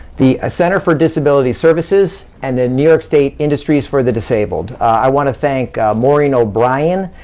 the ah center for disability services, and the new york state industries for the disabled. i wanna thank maureen o'brien,